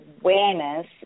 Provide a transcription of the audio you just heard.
awareness